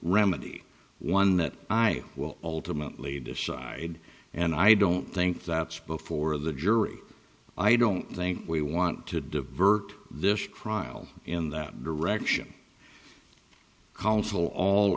remedy one that i will ultimately decide and i don't think that's before the jury i don't think we want to divert this trial in that direction consul all